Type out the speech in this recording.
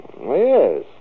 Yes